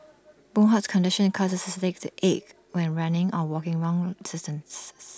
boon Hock's condition causes his legs to ache when running or walking wrong distances